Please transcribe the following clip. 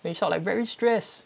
then he shout like very stress